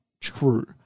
true